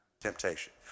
temptation